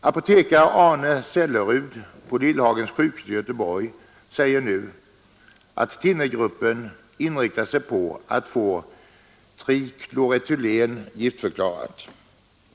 Apotekare Arne Selerud på Lillhagens sjukhus i Göteborg säger dessutom att thinnergruppen inriktar sig på att få trikloretylen giftförklarat.